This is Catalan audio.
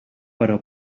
però